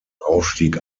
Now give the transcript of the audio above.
aufstieg